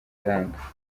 aranga